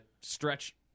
Stretch